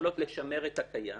לשמר את הקיים